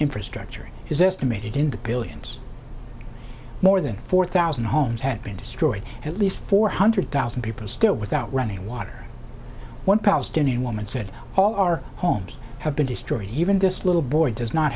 infrastructure is estimated in the billions more than four thousand homes had been destroyed at least four hundred thousand people still without running water one palestinian woman said all our homes have been destroyed even this little boy does not